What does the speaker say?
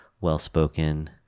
well-spoken